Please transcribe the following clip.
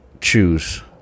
choose